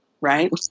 right